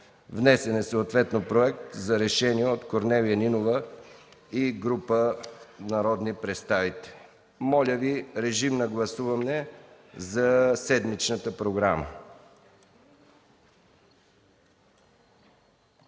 внесен е проект за решение от Корнелия Нинова и група народни представители.” Моля, режим на гласуване за седмичната програма.